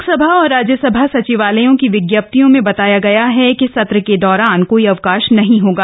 लोकसभा और राज्यसभा सचिवालयों की विज्ञप्तियों में बताया गया है कि सत्र के दौरान कोई अवकाश नहीं होगा